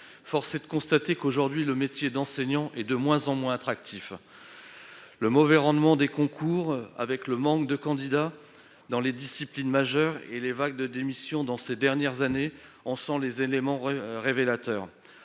Force est de constater que leur métier est de moins en moins attractif. Le mauvais rendement des concours, dû au manque de candidats dans les disciplines majeures, et les vagues de démissions de ces dernières années sont révélateurs.